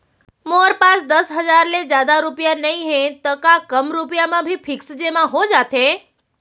मोर पास दस हजार ले जादा रुपिया नइहे त का कम रुपिया म भी फिक्स जेमा हो जाथे?